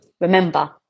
remember